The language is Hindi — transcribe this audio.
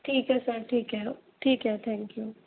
ठीक है सर ठीक है ठीक है थैंक यू